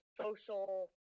social